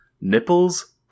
nipples